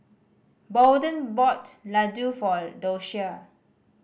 Bolden bought laddu for Doshia